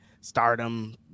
stardom